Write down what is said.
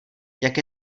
jak